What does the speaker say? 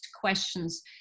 questions